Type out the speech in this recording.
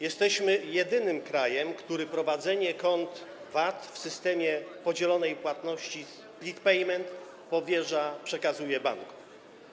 Jesteśmy jedynym krajem, który prowadzenie kont VAT w systemie podzielonej płatności split payment powierza, przekazuje bankom.